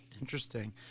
Interesting